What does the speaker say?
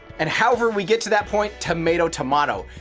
and however we get to that point, tomato tomato,